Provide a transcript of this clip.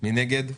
מי נגד?